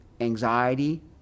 anxiety